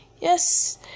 Yes